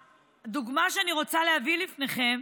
הדוגמה שאני רוצה להביא לפניכם